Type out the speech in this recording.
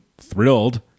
thrilled